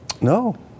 No